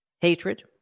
hatred